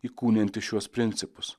įkūnijanti šiuos principus